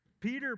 Peter